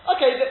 Okay